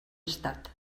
estat